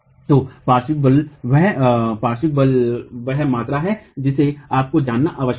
तो पार्श्व बल वह मात्रा है जिसे आपको जानना आवश्यक है